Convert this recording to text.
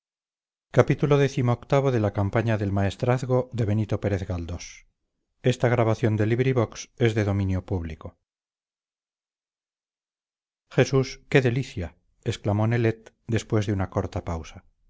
jesús qué delicia exclamó nelet después de una corta pausa